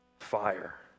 fire